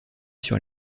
sur